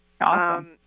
Awesome